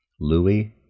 Louis